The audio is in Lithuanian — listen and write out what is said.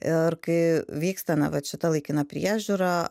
ir kai vyksta na vat šita laikina priežiūra